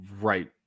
right